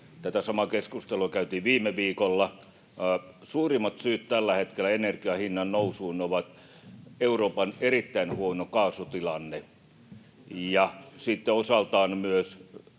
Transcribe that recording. Tätä samaa keskustelua käytiin viime viikolla. Suurimmat syyt tällä hetkellä energian hinnan nousuun ovat Euroopan erittäin huono kaasutilanne ja sitten osaltaan myös